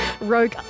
rogue